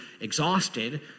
exhausted